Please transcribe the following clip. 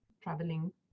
traveling